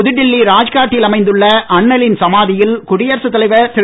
புதுடெல்லி ராஜ்காட்டில் அமைந்துள்ள அண்ணலின் சமாதியில் குடியரசுத் தலைவர் திரு